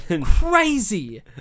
crazy